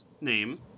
name